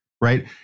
right